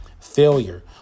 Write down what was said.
Failure